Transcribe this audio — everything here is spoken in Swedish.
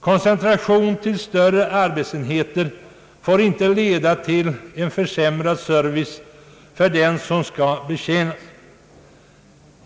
Koncentration till större arbetsenheter får inte leda till en försämrad service för dem som skall betjänas.